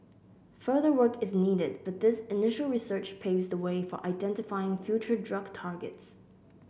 further work is needed but this initial research paves the way for identifying future drug targets